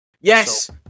Yes